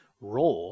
RAW